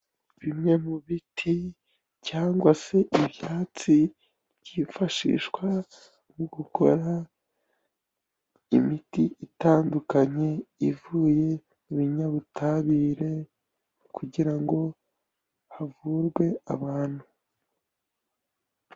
Bimwe mu biti cyangwa se ibyatsi byifashishwa mu gukora imiti itandukanye ivuye kubinyabutabire kugira ngo havurwe abantu.